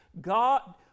God